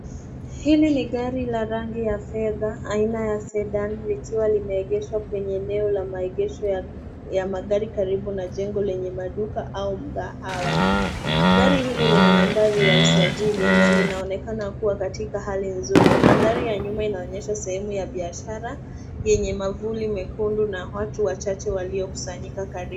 Hili ni gari la rangi ya fedha, aina ya Sedan likiwa limeegeshwa kwenye eneo la maegesho ya magari karibu na jengo lenye maduka au mkahawa . Gari hili lina nambari ya usajili na linaonekana kuwa katika hali nzuri. Mandhari ya nyuma inaonyesha sehemu ya biashara, yenye mavuli mekundu na watu wachache waliokusanyika karibu.